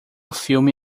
filme